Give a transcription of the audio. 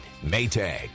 Maytag